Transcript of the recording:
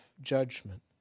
judgment